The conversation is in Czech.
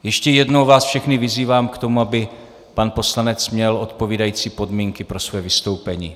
Ještě jednou vás všechny vyzývám k tomu, aby pan poslanec měl odpovídající podmínky pro svoje vystoupení.